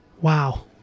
Wow